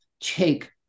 take